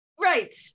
right